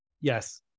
Yes